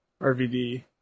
RVD